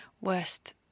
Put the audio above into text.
worst